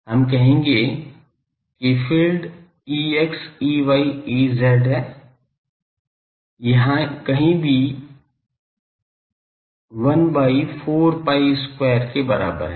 हम कहेंगे कि क्षेत्र E है कहीं भी 1 by 4 pi square के बराबर है